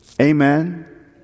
Amen